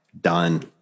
Done